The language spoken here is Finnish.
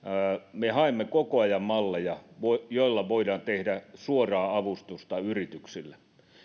me haemme koko ajan malleja joilla voidaan tehdä suoraa avustusta yrityksille